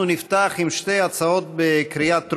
אנחנו נפתח עם שתי הצעות בקריאה טרומית,